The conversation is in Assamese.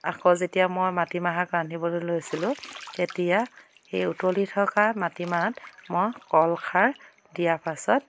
আকৌ যেতিয়া মই মাটিমাহক ৰান্ধিবলৈ লৈছিলোঁ তেতিয়া সেই উতলি থকা মাটি মাহত মই কল খাৰ দিয়াৰ পাছত